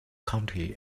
county